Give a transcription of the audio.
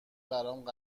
برام